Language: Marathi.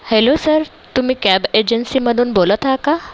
हॅलो सर तुम्ही कॅब एजन्सीमधून बोलत हा का